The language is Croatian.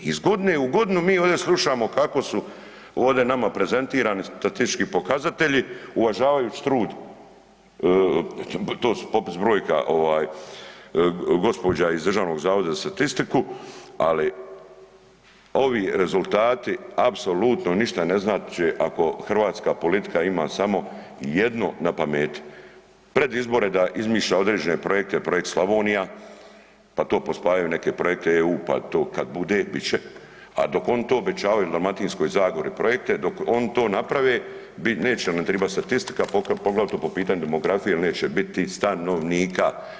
Iz godine u godinu mi ovdje slušamo kako su ovdje nama prezentirani statistički pokazatelji uvažavajući trud, to je popis brojki gospođa iz DZS-a, ali ovi rezultati apsolutno ništa ne znače ako hrvatska politika ima samo jedno na pameti, pred izbore da izmišlja određene projekte, Projekt Slavonija pa to pospajaju u neke projekte EU, pa to kad bude bit će, a dok oni to obećavaju Dalmatinskoj zagori projekte dok oni to naprave neće nam tribati statistika poglavito po pitanju demografije jel neće biti stanovnika.